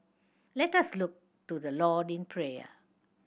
let us look to the Lord in prayer